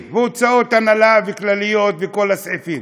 והוצאות הנהלה כלליות וכל הסעיפים,